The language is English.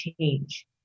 change